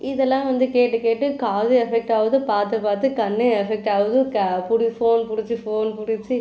இதெல்லாம் வந்து கேட்டு கேட்டு காது எஃபெக்ட் ஆகுது பார்த்து பார்த்து கண்ணும் எஃபெக்ட் ஆகுது க பிடி ஃபோன் பிடிச்சுஃபோன் பிடிச்சு